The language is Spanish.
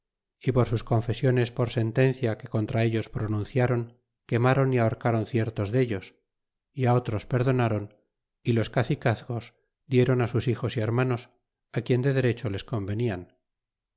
y por sus confesiones por sentencia que contra ellos pronunci ron quemaron y ahorcaron ciertos dellos é otros perdonaron y los cacicazgos dieron sus hijos y hermanos quien de derecho les convenian